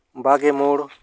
ᱵᱟᱜᱮ ᱢᱚᱬ